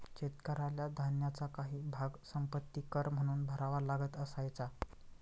शेतकऱ्याला धान्याचा काही भाग संपत्ति कर म्हणून भरावा लागत असायचा